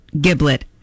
Giblet